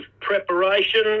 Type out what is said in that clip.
preparation